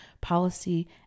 policy